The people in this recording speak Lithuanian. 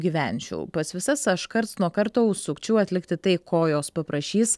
gyvenčiau pas visas aš karts nuo karto užsukčiau atlikti tai kojos paprašys